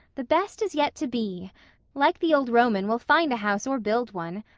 the best is yet to be like the old roman, we'll find a house or build one.